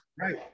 right